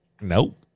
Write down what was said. Nope